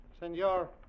senor